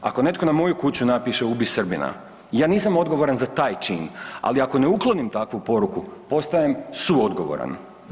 Ako netko na moju kuću napiše ubi Srbina ja nisam odgovoran za taj čin, ali ako ne uklonim takvu poruku postajem suodgovoran.